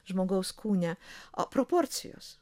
žmogaus kūne a proporcijos